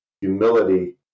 Humility